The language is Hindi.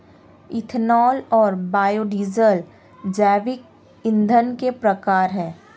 इथेनॉल और बायोडीज़ल जैविक ईंधन के प्रकार है